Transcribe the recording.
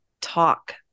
talk